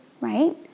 right